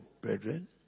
brethren